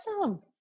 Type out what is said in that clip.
Awesome